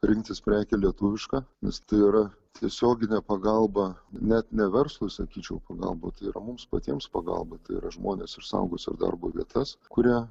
rinktis prekę lietuvišką nes tai yra tiesioginė pagalba net ne verslui sakyčiau pagalba tai yra mums patiems pagalba tai yra žmonės išsaugos ir darbo vietas kurie